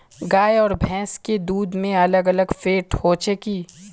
गाय आर भैंस के दूध में अलग अलग फेट होचे की?